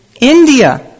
India